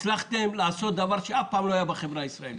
הצלחתם לעשות דבר שאף פעם לא היה בחברה הישראלית.